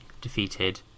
defeated